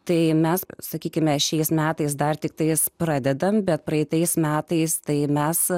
tai mes sakykime šiais metais dar tiktai jas pradedame bet praeitais metais tai mes